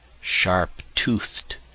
sharp-toothed